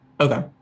Okay